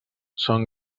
són